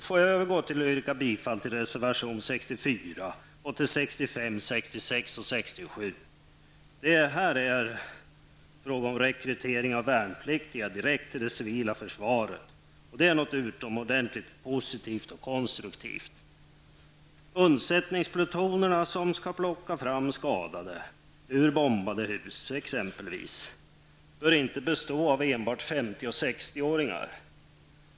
Får jag övergå till att yrka bifall till reservationerna 64, 65, 66 och 67. Detta är frågor om rekrytering av värnpliktiga direkt till det civila försvaret. Det är något utomordentligt positivt och konstruktivt. Undsättningsplutonerna som skall plocka fram skadade ur bombade hus bör t.ex. inte bestå av enbart 50 och 60-åringar.